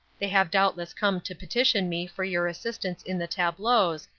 they have doubtless come to petition me for your assistance in the tableaux,